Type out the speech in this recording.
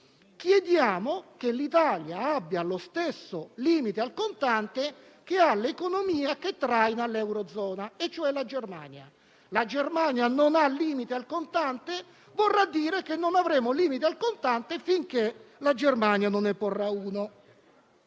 chiediamo che l'Italia abbia lo stesso limite al contante che ha l'economia che traina l'eurozona e cioè la Germania. Quest'ultima non ha limite al contante? Vorrà dire che non avremo limite al contante finché la Germania non ne porrà uno.